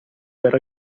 per